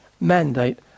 mandate